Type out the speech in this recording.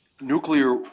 nuclear